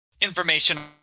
information